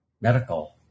medical